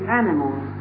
animals